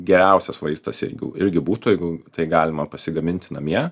geriausias vaistas jeigu irgi būtų jeigu tai galima pasigaminti namie